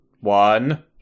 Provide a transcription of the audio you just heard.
One